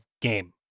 game